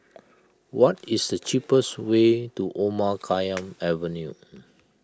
what is the cheapest way to Omar Khayyam Avenue